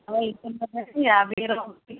యాభైలో ఒకటి